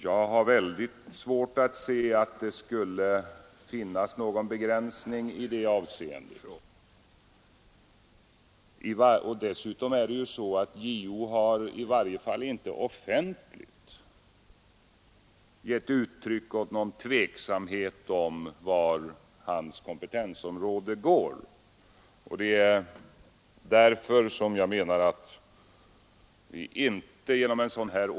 Jag har väldigt svårt att se att det skulle finnas någon begränsning i det avseendet. I varje fall har JO inte offentligt gett uttryck åt någon tveksamhet beträffande gränserna för sitt kompetensområde.